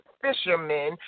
fishermen